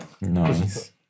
Nice